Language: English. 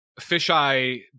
Fisheye